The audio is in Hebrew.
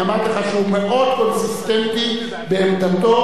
אמרתי לך שהוא מאוד קונסיסטנטי בעמדתו